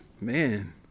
Man